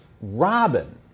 Robin